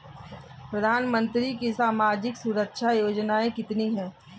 प्रधानमंत्री की सामाजिक सुरक्षा योजनाएँ कितनी हैं?